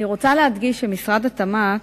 אני רוצה להדגיש שמשרד התמ"ת,